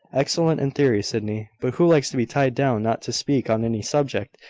excellent in theory, sydney but who likes to be tied down not to speak on any subject,